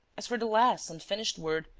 as for the last, unfinished word,